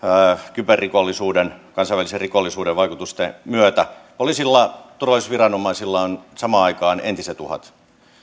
kyberrikollisuuden kansainvälisen rikollisuuden vaikutusten myötä poliisilla ja turvallisuusviranomaisilla on samaan aikaan entiset uhat kun